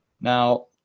Now